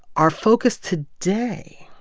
our focus today